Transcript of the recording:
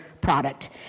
product